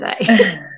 today